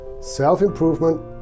self-improvement